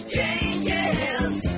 Changes